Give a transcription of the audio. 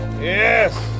Yes